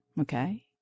Okay